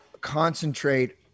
concentrate